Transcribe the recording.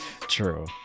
True